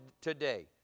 today